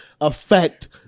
affect